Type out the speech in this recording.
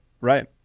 Right